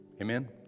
Amen